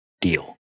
deal